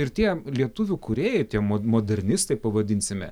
ir tie lietuvių kūrėjai tie mo modernistai pavadinsime